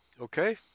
Okay